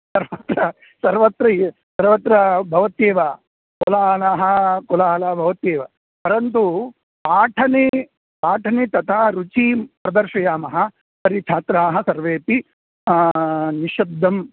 सर्वत्र सर्वत्र सर्वत्र भवत्येव कोलाहलाः कोलाहलः भवत्येव परन्तु पाठने पाठने तथा रुचिः प्रदर्शयामः तर्हि छात्राः सर्वेऽपि निश्शब्दम्